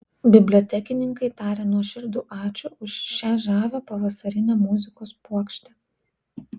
bibliotekininkai taria nuoširdų ačiū už šią žavią pavasarinę muzikos puokštę